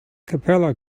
capella